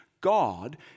God